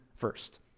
first